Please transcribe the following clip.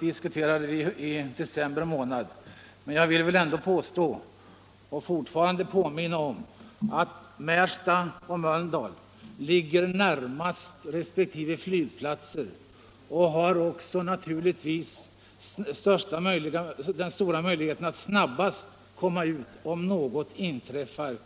diskuterade vi också i december, men jag vill påminna om att Märsta och Mölndal ligger närmast resp. flygplats och därför naturligtvis kan komma snabbast ut om något inträffar.